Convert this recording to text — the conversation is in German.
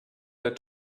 der